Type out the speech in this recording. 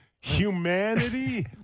Humanity